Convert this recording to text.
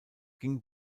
ging